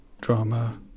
drama